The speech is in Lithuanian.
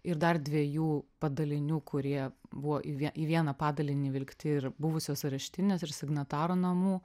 ir dar dviejų padalinių kurie buvo į vien į vieną padalinį įvilkti ir buvusios areštinės ir signatarų namų